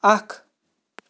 اَکھ